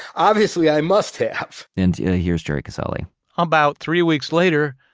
obviously i must have and here's jerry casale about three weeks later,